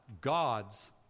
God's